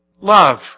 Love